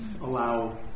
allow